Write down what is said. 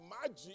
magic